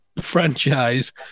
franchise